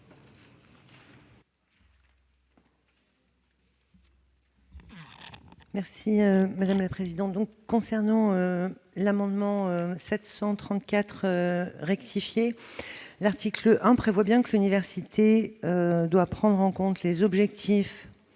l'avis du Gouvernement ? Concernant l'amendement n° 734 rectifié, l'article 1 prévoit bien que l'université doit prendre en compte les objectifs